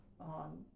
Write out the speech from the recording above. on